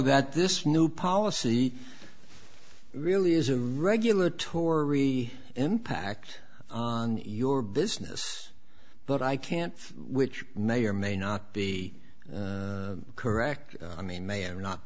that this new policy really is a regulatory impact on your business but i can't which may or may not be correct i mean may or may not